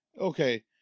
Okay